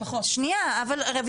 אבל היא